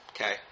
Okay